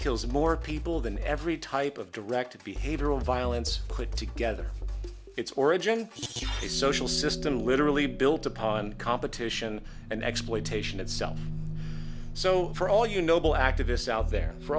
kills more people than every type of directed behavior of violence put together its origin a social system literally built upon competition and exploitation and so for all you noble activists out